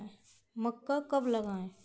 मक्का कब लगाएँ?